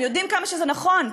הם יודעים כמה שזה נכון,